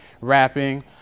rapping